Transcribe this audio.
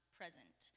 present